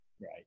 Right